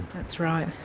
that's right.